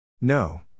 No